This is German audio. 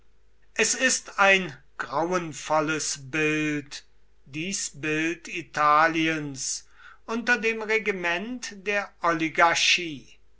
es ist ein grauenvolles bild dies bild italiens unter dem regiment der oligarchie